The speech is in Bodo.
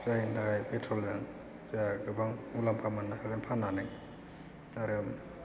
जायनि थाखाय पेट्र'लजों गोबां मुलाम्फा मोननो हागोन फाननानै आरो